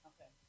Okay